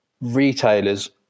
retailers